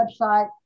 website